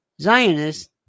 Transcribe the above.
Zionists